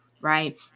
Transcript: right